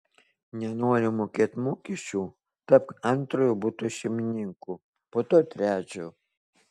nenori mokėt mokesčių tapk antrojo buto šeimininku po to trečio